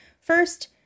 first